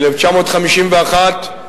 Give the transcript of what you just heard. ב-1951,